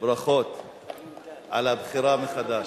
ברכות על הבחירה מחדש.